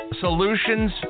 solutions